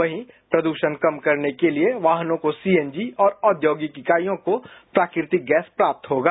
वहीं प्रदूषण कम करने के लिए वाहनों को सीएनजी और औद्योगिक इकाइयों को प्राकृतिक गैस मिलेगा